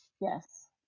Yes